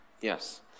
Yes